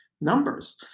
numbers